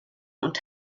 und